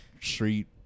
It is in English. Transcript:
street